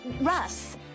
Russ